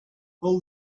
pull